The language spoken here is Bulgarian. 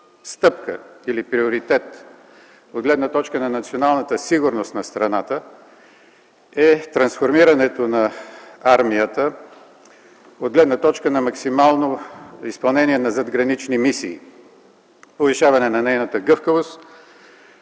стъпка или приоритет от гледна точка на националната сигурност на страната е трансформирането на армията от една точка на максимално изпълнение на задгранични мисии – повишаване на нейната гъвкавост